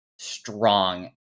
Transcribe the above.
strong